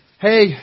Hey